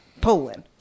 Poland